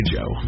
Joe